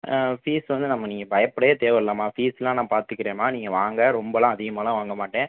fees வந்து நம்ம நீங்கள் பயப்படவே தேவயில்லைம்மா ஃபீஸெலாம் நான் பார்த்துக்குறேம்மா நீங்கள் வாங்க ரொம்பலாம் அதிகமாகலாம் வாங்க மாட்டேன்